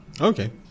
Okay